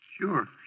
sure